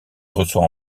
reçoit